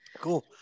Cool